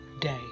day